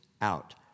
out